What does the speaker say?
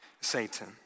Satan